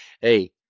Hey